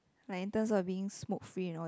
like in terms of being smoke free and all